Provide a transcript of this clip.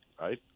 right